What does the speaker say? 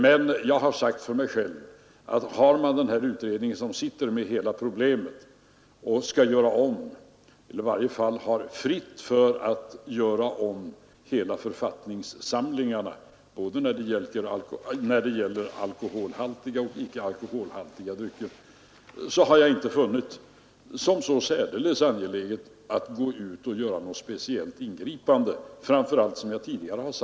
Men jag har sagt till mig själv, att eftersom den utredningen arbetar med hela problemet och skall göra om, Nr 134 eller i varje fall har frihet att göra om, hela författningssamlingarna — Torsdagen den både när det gäller alkoholhaltiga och när det gäller icke alkoholhaltiga 7 december 1972 drycker — har jag inte funnit det särdeles angeläget att gå ut ochgöra — något speciellt ingripande, framför allt som jag — som jag tidigare i dag Ang.